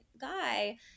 guy